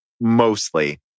mostly